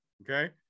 okay